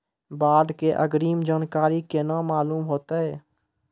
बाढ़ के अग्रिम जानकारी केना मालूम होइतै?